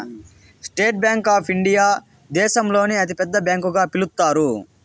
state bank of India దేశంలోనే అతి పెద్ద బ్యాంకు గా పిలుత్తారు